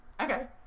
Okay